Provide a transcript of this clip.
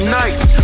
nights